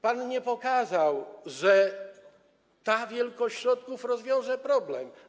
Pan nie pokazał, że ta wielkość środków rozwiąże problem.